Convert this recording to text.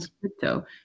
crypto